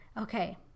Okay